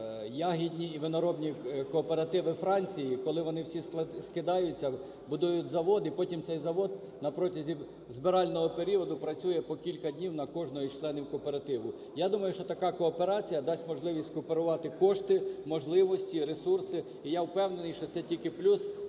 ягідні і виноробні кооперативи Франції, коли вони всі скидаються, будують заводи, і потім цей завод на протязі збирального періоду працює по кілька днів на кожного із членів кооперативу. Я думаю, що така кооперація дасть можливість скооперувати кошти, можливості, ресурси. І я впевнений, що це тільки плюс